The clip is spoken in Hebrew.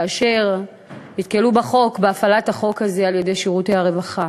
כאשר הם נתקלו בהפעלת החוק הזה על-ידי שירותי הרווחה